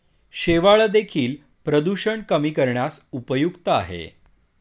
शेवाळं देखील प्रदूषण कमी करण्यास उपयुक्त आहे